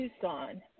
Tucson